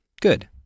good